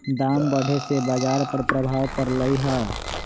दाम बढ़े से बाजार पर प्रभाव परलई ह